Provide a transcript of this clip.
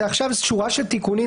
עכשיו זה שורה של תיקונים,